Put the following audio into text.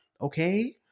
okay